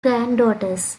granddaughters